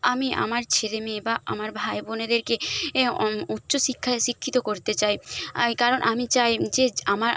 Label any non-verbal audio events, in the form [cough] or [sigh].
আমি আমার ছেলে মেয়ে বা আমার ভাই বোনেদেরকে এ [unintelligible] উচ্চশিক্ষায় শিক্ষিত করতে চাই আই কারণ আমি চাই যে আমার